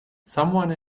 someone